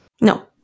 No